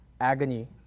agony